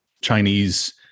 Chinese